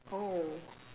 oh